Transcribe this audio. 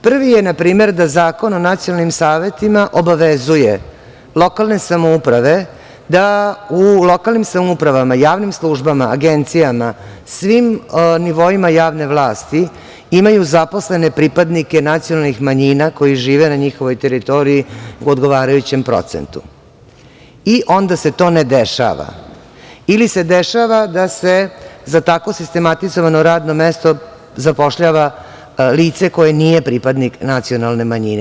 Prvi je, na primer, da Zakon o nacionalnim savetima obavezuje lokalne samouprave da u lokalnim samoupravama u javnim službama, agencijama, svim nivoima javne vlasti imaju zaposlene pripadnike nacionalnih manjina koji žive na njihovoj teritoriji u odgovarajućem procentu i onda se to ne dešava ili se dešava da se za tako sistematizovano radno mesto zapošljava lice koje nije pripadnik ni jedne nacionalne manjine.